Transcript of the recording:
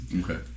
Okay